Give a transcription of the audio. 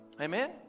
Amen